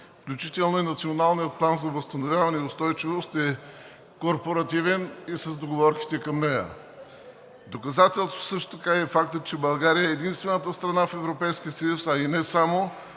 включително и Националният план за възстановяване и устойчивост е корпоративен и с договорките към него. Доказателство е също така и фактът, че България е единствената страна в Европейския съюз, а и не само,